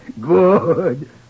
Good